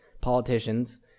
politicians